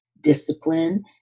discipline